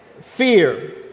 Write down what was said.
Fear